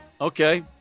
Okay